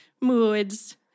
moods